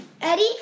Eddie